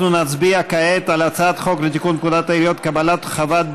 להעביר את הצעת חוק לתיקון פקודת העיריות (חיזוק שלטון החוק וטוהר